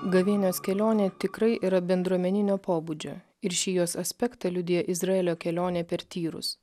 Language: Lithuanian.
gavėnios kelionė tikrai yra bendruomeninio pobūdžio ir šį jos aspektą liudija izraelio kelionė per tyrus